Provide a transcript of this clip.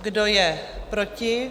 Kdo je proti?